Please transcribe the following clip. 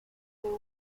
there